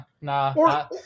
nah